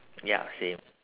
ya same